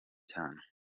cyane